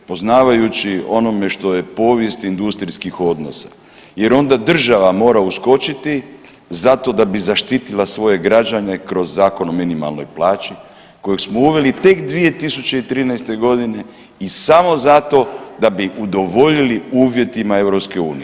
Poznavajući onome što je povijest industrijskih odnosa jer onda država mora uskočiti zato da bi zaštitila svoje građane kroz Zakon o minimalnoj plaći koji smo uveli tek 2013. g. i samo zato da bi udovoljili uvjetima EU.